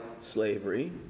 slavery